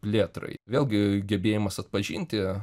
plėtrai vėlgi gebėjimas atpažinti